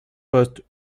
poste